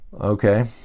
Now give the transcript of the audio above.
Okay